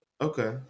Okay